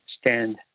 stand